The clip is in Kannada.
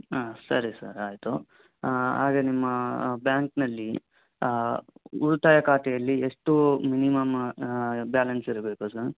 ಹಾಂ ಸರಿ ಸರ್ ಆಯಿತು ಹಾಗೆ ನಿಮ್ಮ ಬ್ಯಾಂಕ್ನಲ್ಲಿ ಉಳಿತಾಯ ಖಾತೆಯಲ್ಲಿ ಎಷ್ಟು ಮಿನಿಮಮ್ ಬ್ಯಾಲೆನ್ಸ್ ಇರಬೇಕು ಸರ್